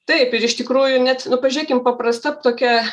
taip ir iš tikrųjų net nu pažiūrėkim paprasta tokia